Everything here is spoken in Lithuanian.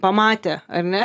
pamatė ar ne